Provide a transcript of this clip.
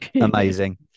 Amazing